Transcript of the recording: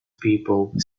people